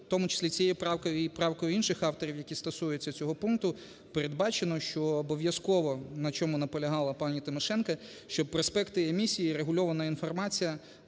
тому числі цією правкою і правкою інших авторів, які стосуються цього пункту, передбачено, що обов'язково, на чому наполягала пані Тимошенко, щоб проспекти емісії, регульована інформація